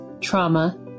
trauma